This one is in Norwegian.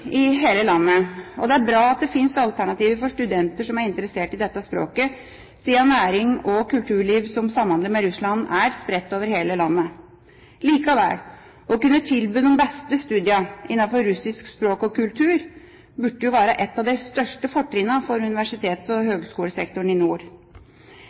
i hele landet, og det er bra at det finnes alternativer for studenter som er interessert i dette språket, siden nærings- og kulturliv som samhandler med Russland, er spredt over hele landet. Likevel burde det å kunne tilby de beste studiene innenfor russisk språk og kultur være et av de største fortrinn for universitets- og